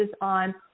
on